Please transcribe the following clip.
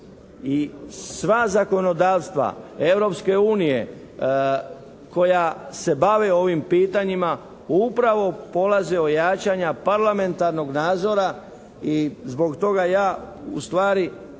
sva zakonodavstva Europske unije koja se bave ovim pitanjima upravo polaze od jačanja parlamentarnog nadzora i zbog toga ja ustvari